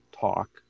talk